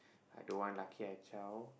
I don't want lucky i zao